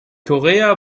korea